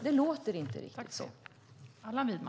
Det verkar inte riktigt vara så.